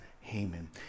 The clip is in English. Haman